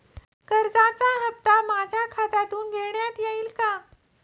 कर्जाचा हप्ता माझ्या खात्यातून घेण्यात येईल का?